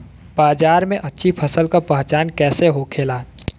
बाजार में अच्छी फसल का पहचान कैसे होखेला?